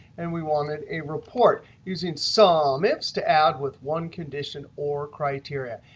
and we wanted a report using so sumifs to add with one condition or criteria,